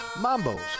Mambo's